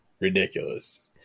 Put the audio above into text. Ridiculous